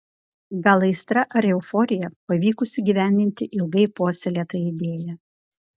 gal aistra ar euforija pavykus įgyvendinti ilgai puoselėtą idėją